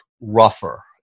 rougher